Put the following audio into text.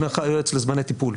הנחיית היועץ לזמני טיפול.